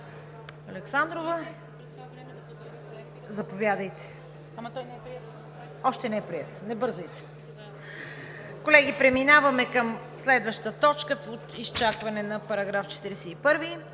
Колеги, преминаваме към следваща точка в изчакване на § 41: